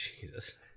Jesus